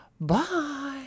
Bye